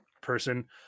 person